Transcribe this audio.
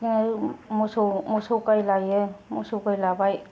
आमफाय आरो मोसौ गाय लायो मोसौ गाय लाबाय